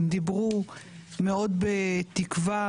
הם דיברו מאוד בתקווה